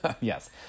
yes